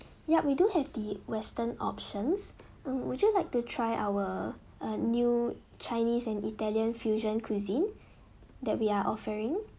yup we do have the western options uh would you like to try our uh new chinese and italian fusion cuisine that we are offering